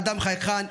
אדם חייכן,